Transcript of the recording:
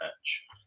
match